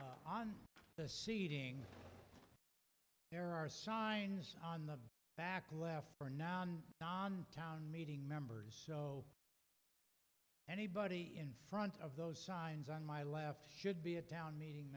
allegiance on the seating there are signs on the back left for non non town meeting members so anybody in front of those signs on my left should be a town meeting